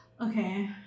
Okay